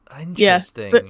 Interesting